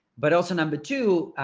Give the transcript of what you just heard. but also number two.